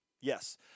yes